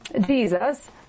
Jesus